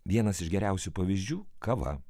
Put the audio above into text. vienas iš geriausių pavyzdžių kava